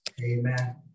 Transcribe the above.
Amen